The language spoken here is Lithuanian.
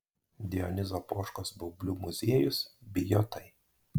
dionizo poškos baublių muziejus bijotai